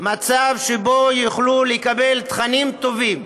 מצב שבו יוכלו לקבל תכנים טובים,